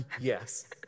Yes